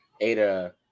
Ada